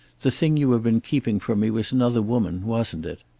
the thing you have been keeping from me was another woman, wasn't it?